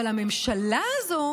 אבל הממשלה הזו